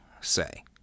say